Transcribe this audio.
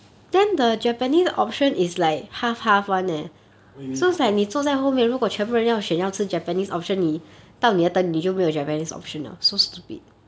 what you mean half half